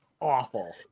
Awful